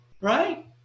right